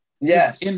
Yes